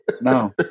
no